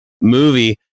movie